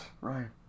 Ryan